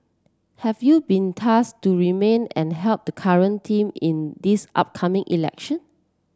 have you been task to remain and help the current team in this upcoming election